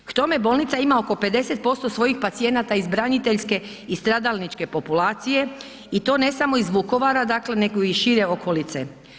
K tome bolnica ima oko 50% pacijenata iz braniteljske i stradalničke populacije i to ne samo iz Vukovara, dakle, nego iz šire okolice.